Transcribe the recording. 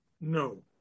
No